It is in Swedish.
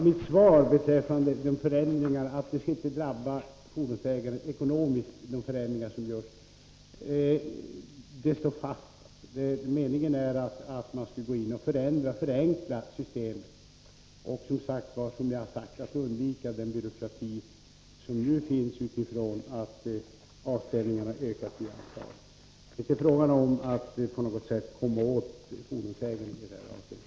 Herr talman! Mitt svar att de förändringar som görs inte skall drabba fordonsägarna ekonomiskt står fast. Meningen är att man skall förenkla systemet och, som jag sagt, undvika den byråkrati som nu uppkommit på grund av att antalet avställningar ökat. Det är inte på något sätt avsikten att försöka komma åt fordonsägarna ekonomiskt.